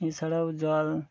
এ ছাড়াও জল